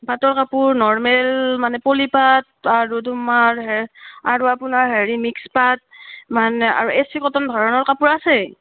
পাটৰ কাপোৰ নৰ্মেল মানে পলি পাট আৰু তোমাৰ আৰু আপোনাৰ হেৰি মিক্স পাট মানে এ চি কটন ধৰণৰ কাপোৰ আছে